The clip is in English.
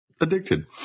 addicted